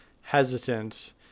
hesitant